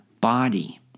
body